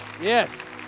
Yes